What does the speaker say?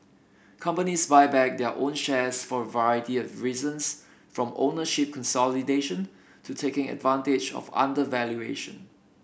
companies buy back their own shares for a variety of reasons from ownership consolidation to taking advantage of undervaluation